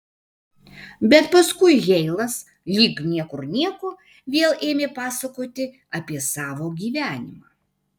bet paskui heilas lyg niekur nieko vėl ėmė pasakoti apie savo gyvenimą